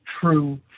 true